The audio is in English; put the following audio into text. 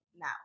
now